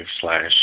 slash